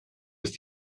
ist